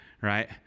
right